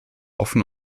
offen